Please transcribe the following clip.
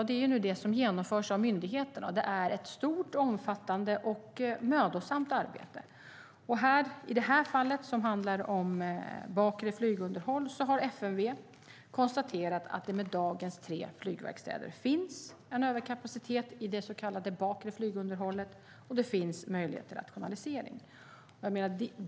Det är det som nu genomförs av myndigheterna. Det är ett stort, omfattande och mödosamt arbete. I det här fallet, som handlar om bakre flygunderhåll, har FMV konstaterat att det med dagens tre flygverkstäder finns en överkapacitet i det så kallade bakre flygunderhållet, och det finns möjligheter till rationalisering.